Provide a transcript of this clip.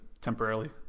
temporarily